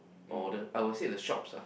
or the I would say the shops ah